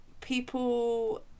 people